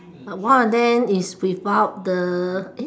one of them is without the eh